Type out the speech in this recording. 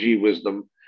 wisdom